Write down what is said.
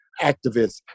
activists